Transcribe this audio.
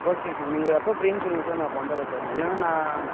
okay sir நீங்கள் எப்போ ஃப்ரீன்னு சொல்லுங்கள் சார் நான் அப்போ வந்துடுறேன் சார் இல்லைன்னா நான்